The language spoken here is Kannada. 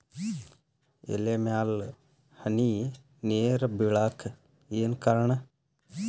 ಎಲೆ ಮ್ಯಾಲ್ ಹನಿ ನೇರ್ ಬಿಳಾಕ್ ಏನು ಕಾರಣ?